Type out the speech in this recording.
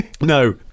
No